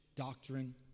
Doctrine